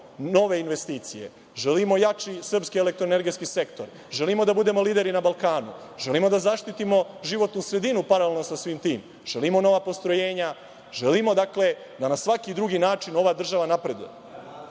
nove investicije, želimo jači srpski elektroenergetski sektor, želimo da budemo lideri na Balkanu, želimo da zaštitimo životnu sredinu paralelno sa svim tim, želimo nova postrojenja, želimo da na svaki drugi način ova država napreduje,